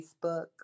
Facebook